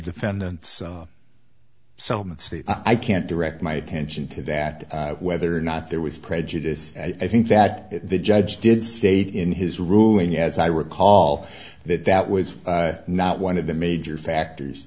defendants so i can't direct my attention to that whether or not there was prejudice i think that the judge did state in his ruling as i recall that that was not one of the major factors